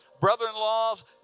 brother-in-laws